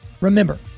Remember